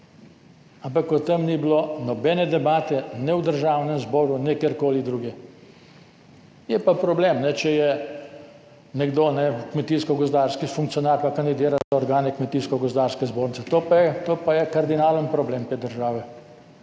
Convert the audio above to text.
ampak o tem ni bilo nobene debate ne v Državnem zboru ne kjerkoli drugje. Je pa problem, če je nekdo kmetijsko-gozdarski funkcionar pa kandidira za organe Kmetijsko gozdarske zbornice. To je kardinalen problem te države,